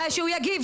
אז שיגיב,